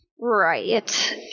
right